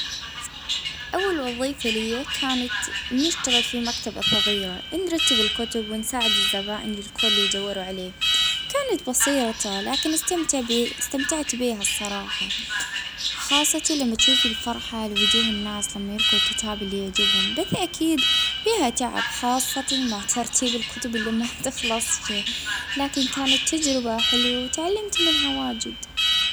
أول خدمة كانت في الترجمة والتفريغ نعم عجبتني هلبا لخاطر أنها عاونتني كيف نطور مهاراتي اللغوية ونزيد الثقة في روحي.